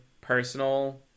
personal